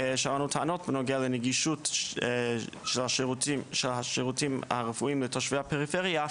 שאלנו טענות בנוגע לנגישות של השירותים הרפואיים לתושבי הפריפריה,